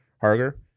Harger